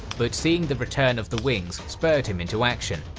but seeing the return of the wings spurred him into action,